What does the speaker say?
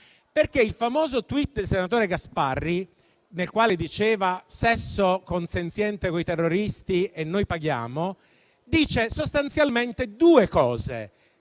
Il famoso *tweet* del senatore Gasparri (quello nel quale diceva: sesso consenziente coi terroristi e noi paghiamo) dice sostanzialmente due cose.